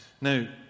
Now